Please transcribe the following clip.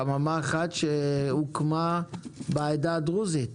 יש חממה אחת שהוקמה בעדה הדרוזית?